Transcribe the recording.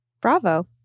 Bravo